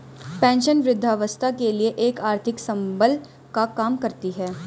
pension वृद्धावस्था के लिए एक आर्थिक संबल का काम करती है